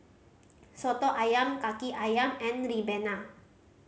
Soto Ayam Kaki Ayam and ribena